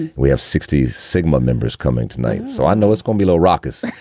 we have sixty sigma members coming tonight. so i know it's gonna be low, raucous